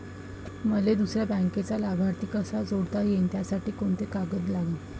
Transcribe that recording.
मले दुसऱ्या बँकेचा लाभार्थी कसा जोडता येते, त्यासाठी कोंते कागद लागन?